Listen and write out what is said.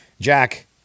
Jack